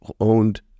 owned